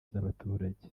z’abaturage